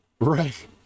right